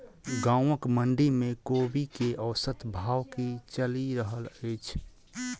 गाँवक मंडी मे कोबी केँ औसत भाव की चलि रहल अछि?